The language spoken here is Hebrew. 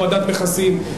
הורדת מכסים,